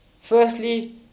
Firstly